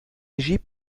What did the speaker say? régis